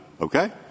okay